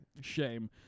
Shame